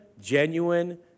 genuine